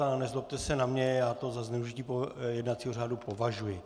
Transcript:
Ale nezlobte se na mě, já to za zneužití jednacího řádu považuji.